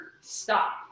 Stop